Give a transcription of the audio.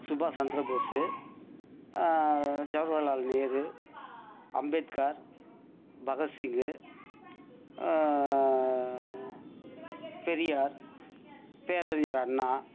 சுபாஸ் சந்திர போஸு ஜவஹர்லால் நேரு அம்பேத்கார் பகத்சிங்கு பெரியார் பேரறிஞர் அண்ணா